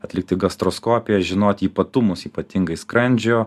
atlikti gastroskopiją žinoti ypatumus ypatingai skrandžio